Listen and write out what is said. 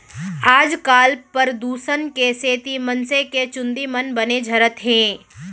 आजकाल परदूसन के सेती मनसे के चूंदी मन बने झरत हें